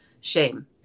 shame